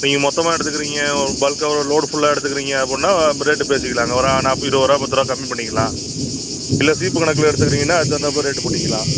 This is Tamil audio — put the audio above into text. நீங்கள் மொத்தமாக எடுத்துக்கிறீங்க ஒரு பல்க்காக ஒரு லோடு ஃபுல்லாக எடுத்துக்கிறீங்க அப்பிட்னா ரேட்டு பேசிக்கலாங்க ஒரு நாப் இருபது ரூபா பத்து ரூபா கம்மி பண்ணிக்கிலாம் இல்ல சீப்பு கணக்குல எடுத்துக்குறீங்கன்னா அதுக்கு தகுந்தாப்ல ரேட்டு போட்டுக்கிலாம்